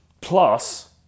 plus